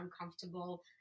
uncomfortable